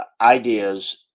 ideas